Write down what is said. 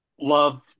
love